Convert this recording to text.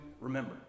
remember